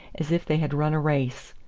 as if they had run a race.